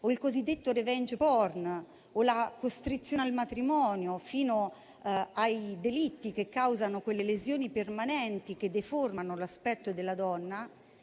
il cosiddetto *revenge porn* o la costrizione al matrimonio, fino ai delitti che causano quelle lesioni permanenti che deformano l'aspetto della donna),